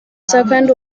second